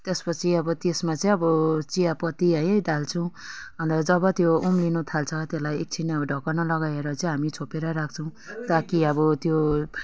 त्यस पछि अब त्यसमा चाहिँ अब चियापत्ती है डाल्छौँ अन्त जब त्यो उम्लिन थाल्छ त्यसलाई एकछिन अब ढकनी लगाएर चाहिँ त्यसलाई छोपेर राख्छौँ ताकि अब त्यो